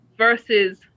Versus